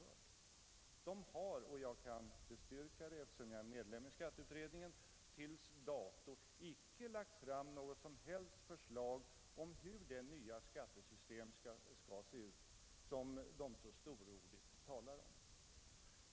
Deras ledamöter har — jag kan bestyrka påståendet, eftersom jag är ledamot av skatteutredningen - till dagsdato intelagt fram något som helst förslag om hur det nya skattesystem skall se ut som de så storordigt talar om.